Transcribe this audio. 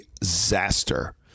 disaster